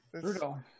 Brutal